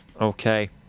Okay